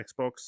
Xbox